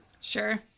sure